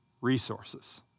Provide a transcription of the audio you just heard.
resources